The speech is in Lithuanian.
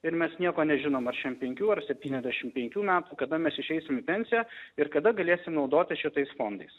ir mes nieko nežinom ar šiam penkių ar septyniasdešim penkių metų kada mes išeisim į pensiją ir kada galėsim naudotis šitais fondais